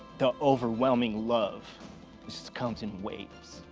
the overwhelming love just comes in waves.